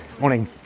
morning